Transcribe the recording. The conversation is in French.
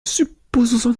supposons